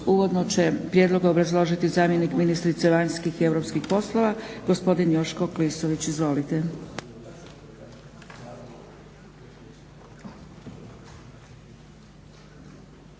Uvodno će prijedlog obrazložiti zamjenik ministrice vanjskih i europskih poslova gospodin Joško Klisović. Izvolite.